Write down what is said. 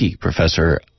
Professor